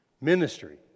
Ministry